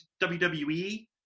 WWE